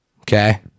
okay